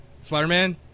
Spider-Man